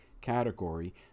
category